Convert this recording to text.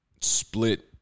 split